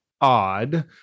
odd